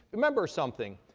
remember something,